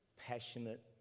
passionate